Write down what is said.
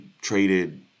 traded